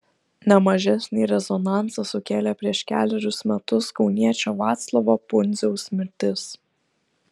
ne mažesnį rezonansą sukėlė prieš kelerius metus kauniečio vaclovo pundziaus mirtis